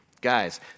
Guys